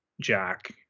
Jack